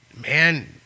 man